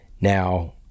Now